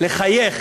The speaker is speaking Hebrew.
לחייך